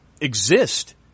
exist